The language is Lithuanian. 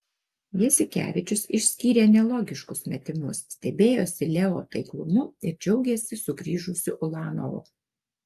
jasikevičius išskyrė nelogiškus metimus stebėjosi leo taiklumu ir džiaugėsi sugrįžusiu ulanovu